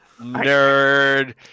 Nerd